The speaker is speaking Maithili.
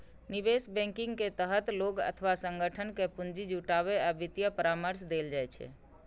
निवेश बैंकिंग के तहत लोग अथवा संगठन कें पूंजी जुटाबै आ वित्तीय परामर्श देल जाइ छै